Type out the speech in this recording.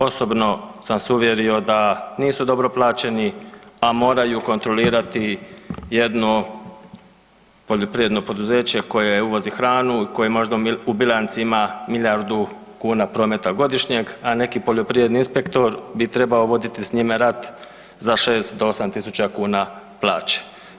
Osobno sam se uvjerio da nisu dobro plaćeni, a moraju kontrolirati jedno poljoprivredno poduzeće koje uvozi hranu koje možda u bilanci ima milijardu kuna prometa godišnjeg, a neki poljoprivredni inspektor bi trebao voditi s njime rat za 6 do 8.000 kuna plaće.